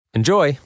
enjoy